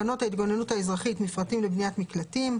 תקנות ההתגוננות האזרחית (מפרטים לבניית מקלטים),